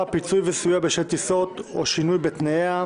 7, אין מתנגדים ואין נמנעים.